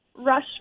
rush